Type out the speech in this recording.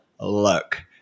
look